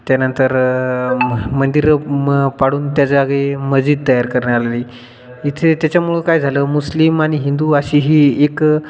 त्यानंतर मंदिरं मग पाडून त्याच्याजागी मशीद तयार करण्यात आली इथे त्याच्यामुळं काय झालं मुस्लिम आणि हिंदू अशी ही एक